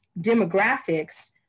demographics